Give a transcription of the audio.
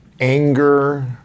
anger